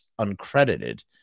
uncredited